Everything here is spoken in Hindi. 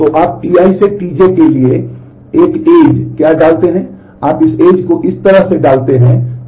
तो आप Ti से Tj के लिए एक एज को इस तरह में डालते हैं कि Ti Tj की प्रतीक्षा कर रहा है